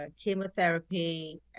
chemotherapy